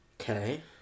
Okay